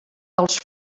dels